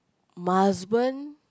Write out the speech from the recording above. my husband